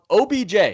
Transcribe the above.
Obj